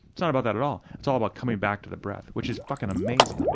it's not about that at all. it's all about coming back to the breath, which is fucking amazing to me.